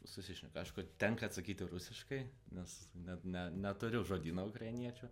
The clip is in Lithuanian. susišneku aišku tenka atsakyti rusiškai nes net ne neturiu žodyno ukrainiečių